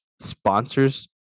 sponsors